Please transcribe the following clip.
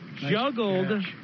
Juggled